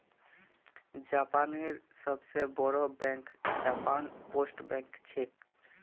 जापानेर सबस बोरो बैंक जापान पोस्ट बैंक छिके